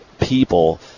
people